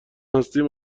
هستیم